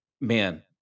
man